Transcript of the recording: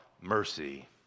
mercy